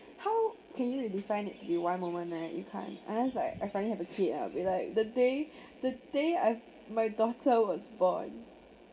how can you define it to be one moment right you can't unless I I finally have a kid ah it'll be like the day the day I my daughter was born